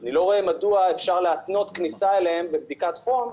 אני לא רואה מדוע אפשר להתנות כניסה אליהן בבדיקת חום,